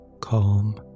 Calm